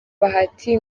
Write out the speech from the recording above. bahati